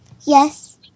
Yes